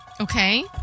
Okay